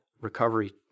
recovery